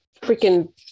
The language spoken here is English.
freaking